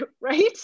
right